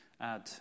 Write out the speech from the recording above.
add